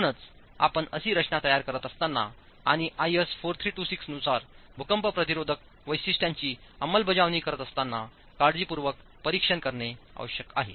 म्हणूनच आपण अशी रचना तयार करत असताना आणि IS 4326 नुसार भूकंप प्रतिरोधक वैशिष्ट्यांची अंमलबजावणी करत असताना काळजीपूर्वक परीक्षण करणे आवश्यक आहे